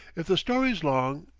if the story's long,